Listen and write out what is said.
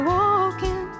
walking